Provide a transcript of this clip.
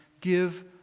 give